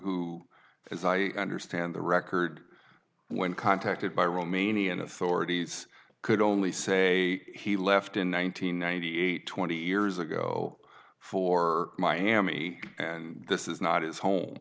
who as i understand the record when contacted by romanian authorities could only say he left in one nine hundred ninety eight twenty years ago for miami and this is not his